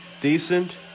decent